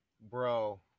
Bro